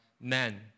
men